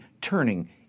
turning